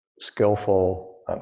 skillful